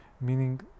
meaning